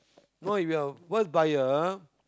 no if you're a first buyer